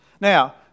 Now